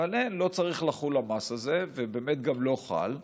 ועליהן לא צריך לחול המס הזה, ובאמת גם לא חל.